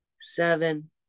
seven